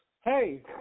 Hey